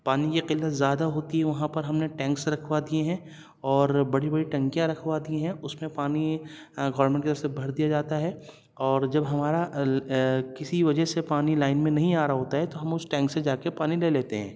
پانی کی قلت زیادہ ہوتی ہے وہاں پر ہم نے ٹینکس رکھوا دیے ہیں اور بڑی بڑی ٹنکیاں رکھوا دی ہیں اس میں پانی گورمنٹ کی طرف سے بھر دیا جاتا ہے اور جب ہمارا کسی وجہ سے پانی لائن میں نہیں آ رہا ہوتا ہے تو ہم اس ٹینک سے جا کے پانی لے لیتے ہیں